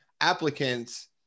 applicants